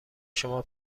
شما